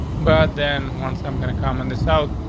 but then once i'm gonna come and this out,